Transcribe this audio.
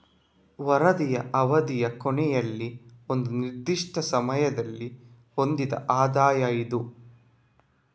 ವರದಿಯ ಅವಧಿಯ ಕೊನೆಯಲ್ಲಿ ಒಂದು ನಿರ್ದಿಷ್ಟ ಸಮಯದಲ್ಲಿ ಹೊಂದಿದ ಆದಾಯ ಇದು